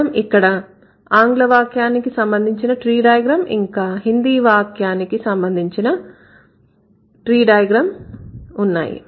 మనం ఇక్కడ ఆంగ్ల వాక్యానికి సంబంధించిన ట్రీ డైగ్రామ్ ఇంకా హిందీ వాక్యానికి సంబంధించిన ట్రీ డయాగ్రమ్ ఉన్నాయి